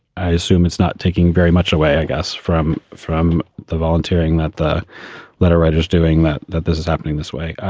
i assume it's not taking very much away, i guess from from the volunteering that the letter writer is doing that that this is happening this way.